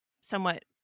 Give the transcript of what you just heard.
somewhat